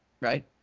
right